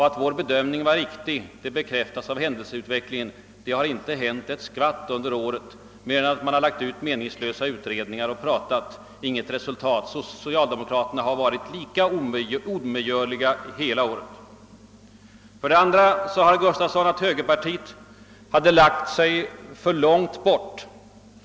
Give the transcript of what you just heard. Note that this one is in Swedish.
Att vår bedömning var riktig har bekräftats av händelseutvecklingen. Det har inte hänt ett skvatt under året annat än att man lagt fram meningslösa utredningar och pratat. Det har inte blivit något resultat. Socialdemokraterna har varit lika omedgörliga hela året. För det andra sade herr Gustafsson, att högerpartiet hade lagt sig »för långt bort» från de andra partierna i utredningen.